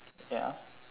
ya